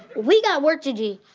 we got work to do.